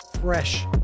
fresh